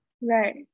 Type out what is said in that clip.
Right